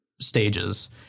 stages